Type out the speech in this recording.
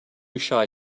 shy